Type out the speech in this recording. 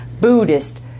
Buddhist